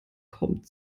kommt